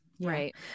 right